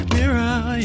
Mirror